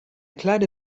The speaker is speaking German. kleine